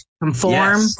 conform